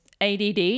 ADD